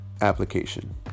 application